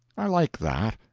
i like that.